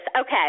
Okay